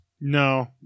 No